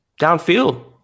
downfield